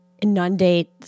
inundate